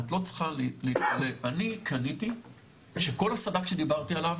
את לא צריכה, אני קניתי שכל הסד"כ שדיברתי עליו